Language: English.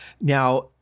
Now